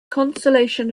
consolation